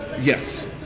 Yes